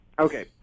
Okay